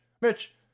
Mitch